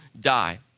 die